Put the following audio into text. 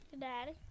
Daddy